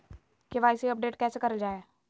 KYC update कैसे करल जाहै?